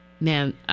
Man